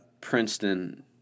Princeton –